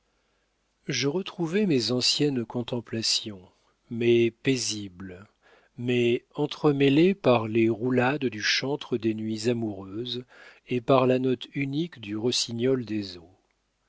je retrouvai mes anciennes contemplations mais paisibles mais entremêlées par les roulades du chantre des nuits amoureuses et par la note unique du rossignol des eaux